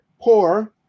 poor